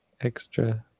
extra